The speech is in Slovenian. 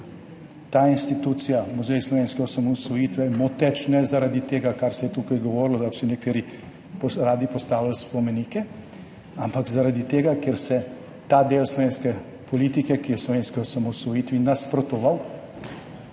je ta institucija, Muzej slovenske osamosvojitve, moteča, ne zaradi tega, kar se je tukaj govorilo, da bi si nekateri radi postavljali spomenike, ampak zaradi tega, ker se ta del slovenske politike, ki je slovenski osamosvojitvi nasprotoval,